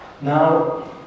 Now